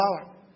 power